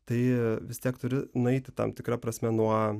tai vis tiek turi nueiti tam tikra prasme nuo